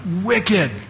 wicked